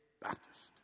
Baptist